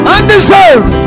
Undeserved